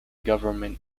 government